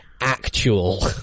actual